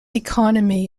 economy